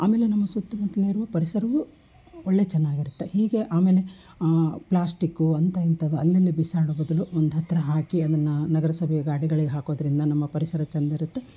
ಆಮೇಲೆ ನಮ್ಮ ಸುತ್ತಮುತ್ಲು ಇರುವ ಪರಿಸರವು ಒಳ್ಳೆಯ ಚೆನ್ನಾಗಿರುತ್ತೆ ಹೀಗೆ ಆಮೇಲೆ ಪ್ಲಾಸ್ಟಿಕ್ಕು ಅಂಥ ಇಂಥದ್ದು ಅಲ್ಲಿ ಇಲ್ಲೇ ಬಿಸಾಡುವ ಬದಲು ಒಂದು ಹತ್ತಿರ ಹಾಕಿ ಅದನ್ನು ನಗರಸಭೆ ಗಾಡಿಗಳಿಗೆ ಹಾಕೋದರಿಂದ ನಮ್ಮ ಪರಿಸರ ಚೆಂದಿರುತ್ತೆ